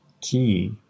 key